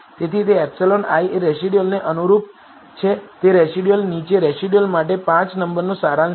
તેથી તે εi રેસિડયુઅલને અનુરૂપ છે તે રેસિડયુઅલ નીચે રેસિડયુઅલ માટે 5 નંબરનો સારાંશ છે